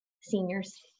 Seniors